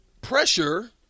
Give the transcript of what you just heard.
pressure